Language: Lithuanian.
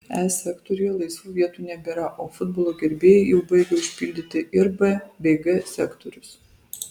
e sektoriuje laisvų vietų nebėra o futbolo gerbėjai jau baigia užpildyti ir b bei g sektorius